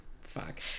fuck